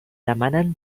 demanen